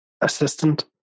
assistant